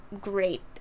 great